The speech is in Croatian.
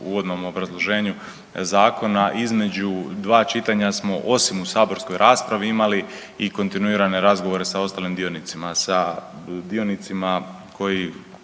uvodnom obrazloženju zakona, između dva čitanja smo, osim u saborskoj raspravi imali i kontinuirane razgovore sa ostalim dionicima, sa dionicima koji